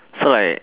so like